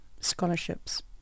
scholarships